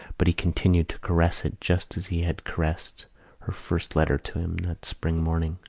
but he continued to caress it just as he had caressed her first letter to him that spring morning.